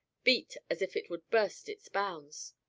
beat as if it would burst its bounds.